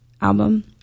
album